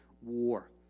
war